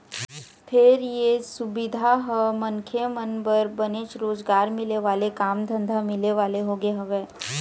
फेर ये सुबिधा ह मनखे मन बर बनेच रोजगार मिले वाले काम धंधा मिले वाले होगे हवय